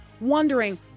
wondering